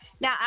Now